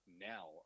now